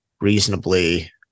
reasonably